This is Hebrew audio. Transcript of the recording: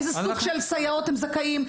לאיזה סוג של סייעות הם זכאים,